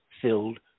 filled